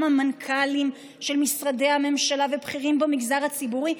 גם המנכ"לים של משרדי ממשלה ובכירים במגזר הציבורי,